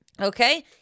Okay